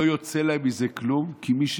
לא יוצא להם מזה כלום, כי מי,